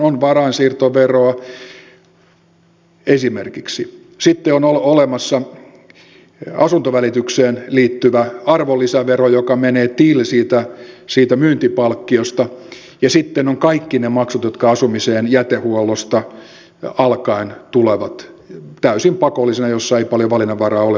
on varainsiirtoveroa esimerkiksi sitten on olemassa asuntovälitykseen liittyvä arvonlisävero joka menee till siitä myyntipalkkiosta ja sitten on kaikki ne maksut jotka asumiseen jätehuollosta alkaen tulevat täysin pakollisena joissa ei paljon valinnanvaraa ole sen suhteen mitä tekee